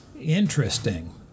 interesting